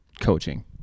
coaching